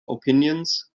opinions